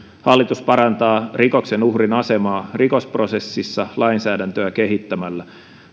hallitus parantaa rikoksen uhrin asemaa rikosprosessissa lainsäädäntöä kehittämällä